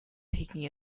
taking